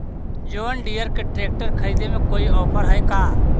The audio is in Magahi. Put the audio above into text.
जोन डियर के ट्रेकटर खरिदे में कोई औफर है का?